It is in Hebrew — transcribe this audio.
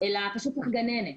אלא פשוט צריך גננת.